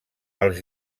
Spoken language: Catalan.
els